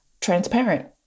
transparent